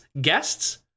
guests